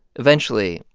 eventually,